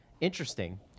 interesting